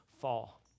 fall